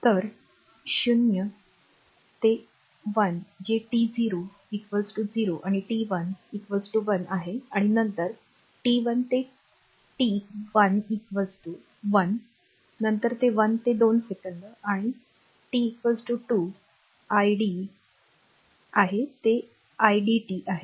तर 0 ते 1 जे टी 0 0 आणि टी 1 1 आहे आणि नंतर t 1 ते t टी 1 1 नंतर 1 ते 2 सेकंद आणि टी 2 आयडी काय आहे ते idt आहे